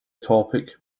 topic